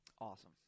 Awesome